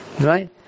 Right